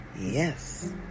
Yes